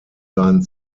seinen